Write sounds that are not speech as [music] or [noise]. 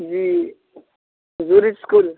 جی [unintelligible] school